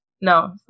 no